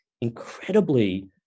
incredibly